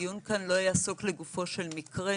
הדיון כאן לא יעסוק לגופו של מקרה.